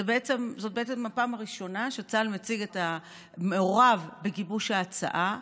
זאת בעצם הפעם הראשונה שצה"ל מעורב בגיבוש ההצעה.